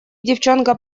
девчонка